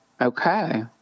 okay